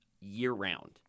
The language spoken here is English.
year-round